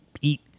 eat